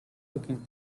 cooking